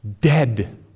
Dead